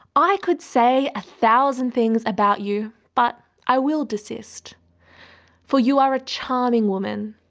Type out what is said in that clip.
i could say a thousand things about you, but i will desist for you are a charming woman,